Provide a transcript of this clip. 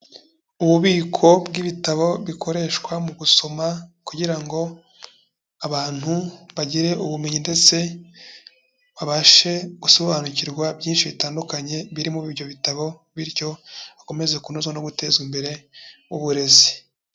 Ububiko bw'ibitabo bikoreshwa mu gusoma kugira ngo abantu bagire ubumenyi ndetse babashe gusobanukirwa byinshi bitandukanye biri muri ibyo bitabo, bityo bakomeze kunoza no guteza imbere uburezi.